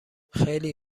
خیلی